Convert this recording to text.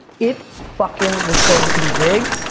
it fucking was going to be big,